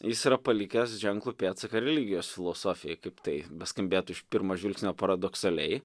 jis yra palikęs ženklų pėdsaką ir religijos filosofijoj kaip tai beskambėtų iš pirmo žvilgsnio paradoksaliai